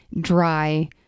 dry